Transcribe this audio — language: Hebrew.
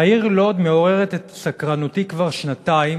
"העיר לוד מעוררת את סקרנותי כבר שנתיים,